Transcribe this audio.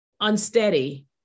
unsteady